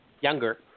Younger